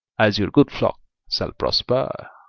as your good flock shall prosper.